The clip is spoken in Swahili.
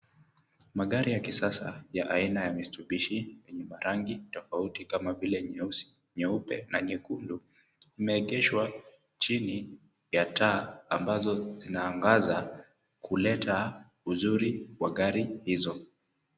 Magari ya kisasa ya aina ya Mitsubishi, yenye marangi tofauti kama vile nyeusi, nyeupe na nyekundu, imeegeshwa chini ya taa ambazo zinaangaza kuleta uzuri wa gari hizo.